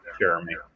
Jeremy